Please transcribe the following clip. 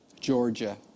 Georgia